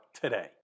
today